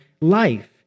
life